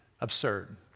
absurd